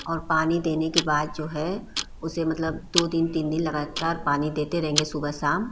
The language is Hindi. और पानी देने के बाद जो है उसे मतलब दो तीन दिन पानी देते रहेंगे सुबह शाम